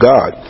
God